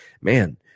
man